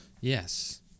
Yes